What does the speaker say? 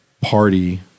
party